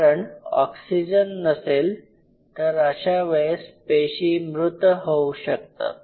कारण ऑक्सिजन जर नसेल तर अशा वेळेस पेशीं मृत होऊ शकतात